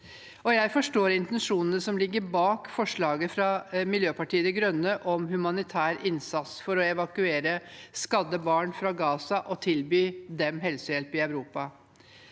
Jeg forstår intensjonen som ligger bak forslaget fra Miljøpartiet De Grønne om humanitær innsats for å evakuere skadde barn fra Gaza og tilby dem helsehjelp i Europa.